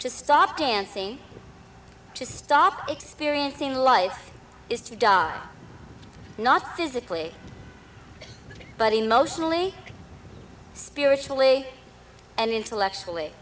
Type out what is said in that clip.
to stop dancing to stop experiencing life is to die not physically but emotionally spiritually and intellectually